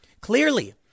Clearly